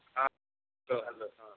ହଁ hello hello